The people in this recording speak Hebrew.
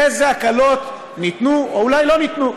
איזה הקלות ניתנו או אולי לא ניתנו?